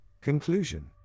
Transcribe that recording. Conclusion